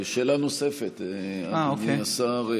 שאלה נוספת, אדוני השר.